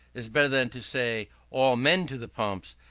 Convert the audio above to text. is better than to say, all men to the pumps,